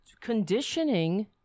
conditioning